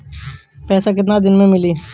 पैसा केतना दिन में मिली?